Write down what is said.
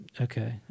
Okay